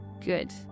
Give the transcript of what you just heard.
Good